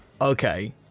Okay